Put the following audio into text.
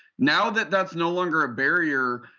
now that that's no longer a barrier,